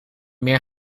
meer